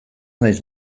naiz